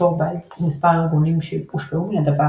טורבאלדס ומספר ארגונים שהושפעו מן הדבר